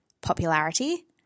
popularity